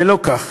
זה לא כך.